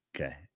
Okay